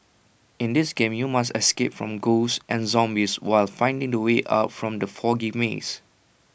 in this game you must escape from ghosts and zombies while finding the way out from the foggy maze